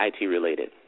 IT-related